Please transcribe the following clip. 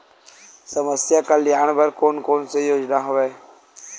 समस्या कल्याण बर कोन कोन से योजना हवय?